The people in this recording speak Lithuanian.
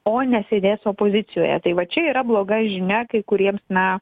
o nesėdės opozicijoje tai va čia yra bloga žinia kai kuriems na